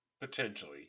potentially